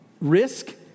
risk